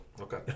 Okay